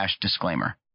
disclaimer